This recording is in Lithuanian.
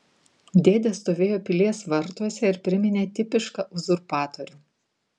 dėdė stovėjo pilies vartuose ir priminė tipišką uzurpatorių